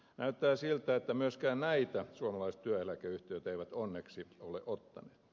näyttää siltä että myöskään näitä suomalaiset työeläkeyhtiöt eivät onneksi ole ottaneet